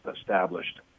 established